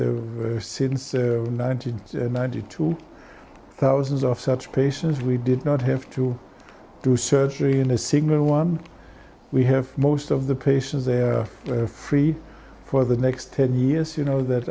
have since ninety ninety two thousands of such patients we did not have to do surgery in a single one we have most of the patients they are free for the next ten years you know that